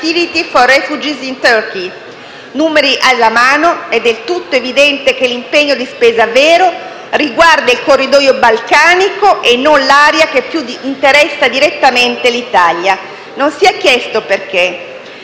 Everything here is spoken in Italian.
Numeri alla mano, è del tutto evidente che l'impegno di spesa vero riguarda il corridoio balcanico e non l'area che più direttamente interessa l'Italia. Non si è chiesto perché?